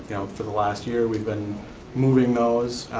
yeah for the last year, we've been moving those.